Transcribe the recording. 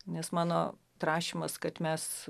nes mano prašymas kad mes